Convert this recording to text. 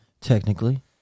Technically